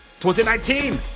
2019